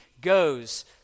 goes